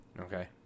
Okay